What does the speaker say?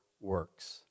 works